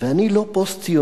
ואני לא פוסט-ציוני,